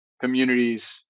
communities